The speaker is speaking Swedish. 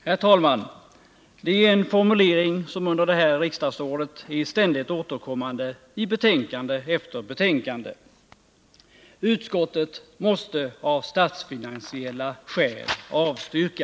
Herr talman! Det är en formulering som under det här riksdagsåret är ständigt återkommande i betänkande efter betänkande: ”Utskottet måste av statsfinansiella skäl avstyrka .